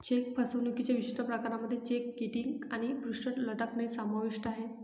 check फसवणुकीच्या विशिष्ट प्रकारांमध्ये चेक किटिंग आणि पृष्ठ लटकणे समाविष्ट आहे